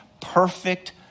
perfect